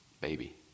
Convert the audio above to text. baby